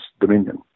dominion